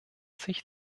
sich